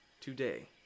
today